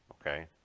Okay